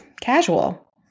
casual